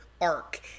arc